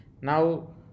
Now